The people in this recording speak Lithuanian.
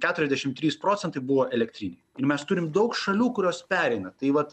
keturiasdešim trys procentai buvo elektriniai ir mes turim daug šalių kurios pereina tai vat